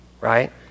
right